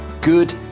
good